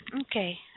Okay